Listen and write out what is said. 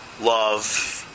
love